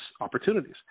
opportunities